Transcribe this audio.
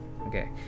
Okay